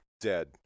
Dead